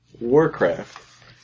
Warcraft